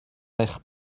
eich